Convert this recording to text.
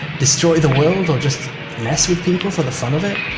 destroy the world or just mess with people for the fun of it?